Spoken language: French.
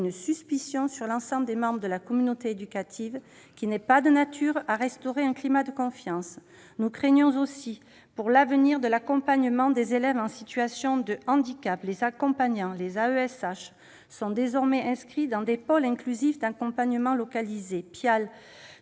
laisse planer, sur l'ensemble des membres de la communauté éducative, une suspicion qui n'est pas de nature à restaurer un climat de confiance. Nous craignons aussi pour l'avenir de l'accompagnement des élèves en situation de handicap : les AESH sont désormais inscrits dans des pôles inclusifs d'accompagnement localisés, les